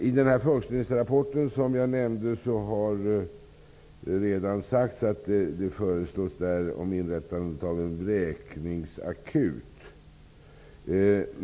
I den forskningsrapport som jag nämnde har förslaget om ett inrättande av en vräkningsakut, som också nämnts här i dag, lagts fram.